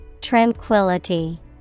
tranquility